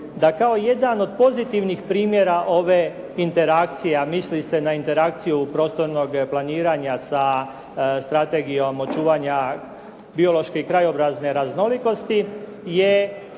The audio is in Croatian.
da kao jedan od pozitivnih primjera ove interakcije, a misli se na interakciju prostornog planiranja sa strategijom očuvanja biološke i krajobrazne raznolikosti je